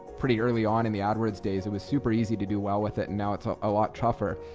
pretty early on in the adwords days it was super easy to do well with it now it's ah a lot tougher.